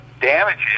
damages